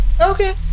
Okay